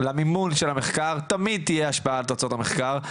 למימון של המחקר תמיד תהיה השפעה על תוצאות המחקר,